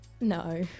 No